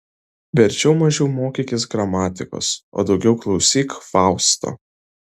verčiau mažiau mokykis gramatikos o daugiau klausyk fausto